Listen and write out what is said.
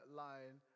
line